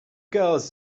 girls